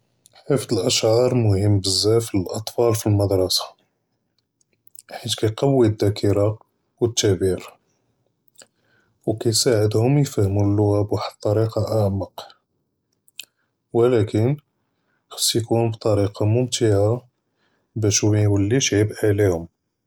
חִפְּצְ אֶלְאַשְעַאר מֻהִימּ בְּזַאף לְאָלְאַטְפָּאל פִּלְמְדְרַסָה, חֵית כּיַקַּוִּי אֶלְזָּאקִּירַה וְאֶת־תַּעְבִּיר, וּכּיַסְעַדְהּוּם יְפְהְמוּ לּוּגַ'ה בְּוַחְד אֶלְטְּרִיקַה אַעְמַק. וְלָקִין חַאס יְקוּן בִּטְרִיקַה מֻמְתַעָה בַּאש מַיוּלִיש עֲבַא עֲלֵיהּוּם.